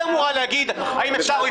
היא אמורה להגיד האם אפשר או לא.